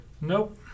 Nope